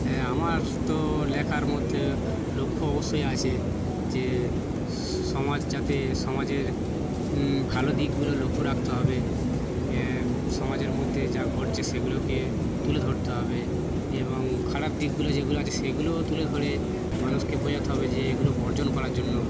হ্যাঁ আমার তো লেখার মধ্যে লক্ষ্য অবশ্যই আছে যে সমাজ যাতে সমাজের ভালো দিকগুলো লক্ষ্য রাখতে হবে সমাজের মধ্যে যা ঘটছে সেগুলোকে তুলে ধরতে হবে এবং খারাপ দিকগুলো যেগুলো আছে সেগুলোও তুলে ধরে মানুষকে বোঝাতে হবে যে এগুলো বর্জন করার জন্য